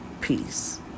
Peace